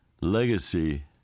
legacy